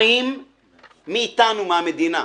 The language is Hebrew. חיים מאתנו, מהמדינה.